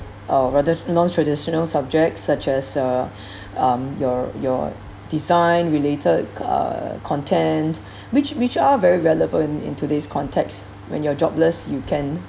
uh rather non-traditional subjects such as uh um your your design-related uh content which which are very relevant in today's context when you are jobless you can